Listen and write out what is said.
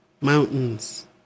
Mountains